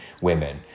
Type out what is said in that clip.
women